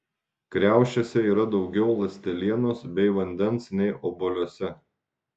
kriaušėse yra daugiau ląstelienos bei vandens nei obuoliuose